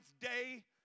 day